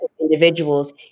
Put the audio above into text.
individuals